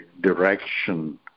direction